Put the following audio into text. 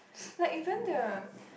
like even the